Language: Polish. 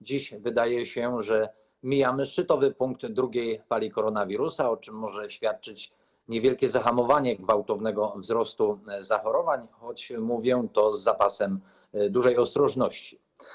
Dziś wydaje się, że mijamy szczytowy punkt drugiej fali koronawirusa, o czym może świadczyć niewielkie zahamowanie gwałtownego wzrostu zachorowań, choć mówię to z dużym zapasem ostrożności.